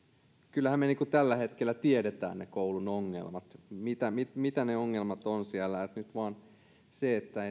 kyllähän me tällä hetkellä tiedämme ne koulun ongelmat mitä ne ongelmat ovat siellä että nyt vain se